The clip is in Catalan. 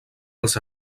els